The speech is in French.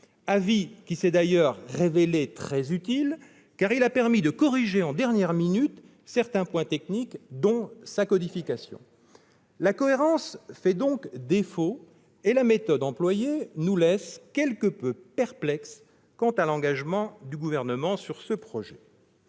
avis s'est d'ailleurs révélé très utile, car il a permis de corriger en dernière minute certains points techniques, dont la codification. La cohérence fait par conséquent défaut et la méthode employée nous laisse quelque peu perplexes quant à l'engagement du Gouvernement sur ce projet